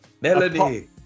Melody